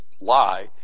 lie